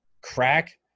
crack